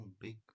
Big